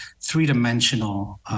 three-dimensional